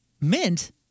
Mint